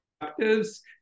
captives